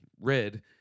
Red